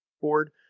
board